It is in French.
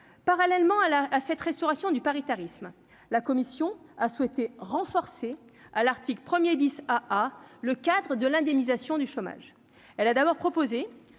parallèlement à la à cette restauration du paritarisme, la commission a souhaité renforcer à l'article 1er dix ah, ah, le cadre de l'indemnisation du chômage, elle a d'abord proposé